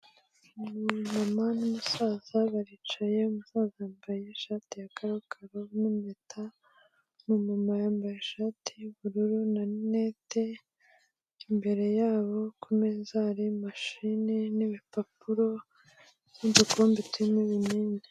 Umumama n'umusaza baricaye, umusaza yambaye ishati ya karokaro n'impeta, umumama yambaye ishati y'ubururu, na rinete imbere yabo kumeza hari mashine n'ibipapuro n'udukombe turimo ibinini.